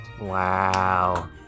Wow